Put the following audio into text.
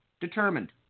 determined